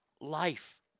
life